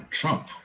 Trump